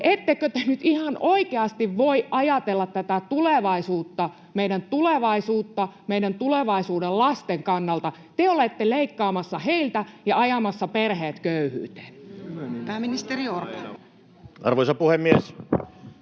Ettekö te nyt ihan oikeasti voi ajatella tätä tulevaisuutta, meidän tulevaisuutta, meidän tulevaisuuden lasten kannalta? Te olette leikkaamassa heiltä ja ajamassa perheet köyhyyteen. Pääministeri Orpo. Arvoisa puhemies!